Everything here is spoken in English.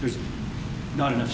there's not enough